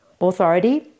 authority